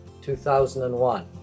2001